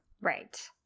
Right